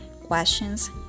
questions